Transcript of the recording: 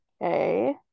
Okay